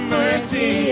mercy